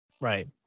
Right